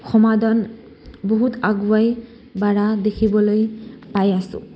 সমাধান বহুত আগুৱাই দেখিবলৈ পাই আছোঁ